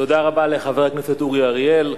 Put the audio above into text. תודה רבה לחבר הכנסת אורי אריאל.